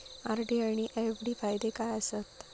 RD आनि FD फायदे काय आसात?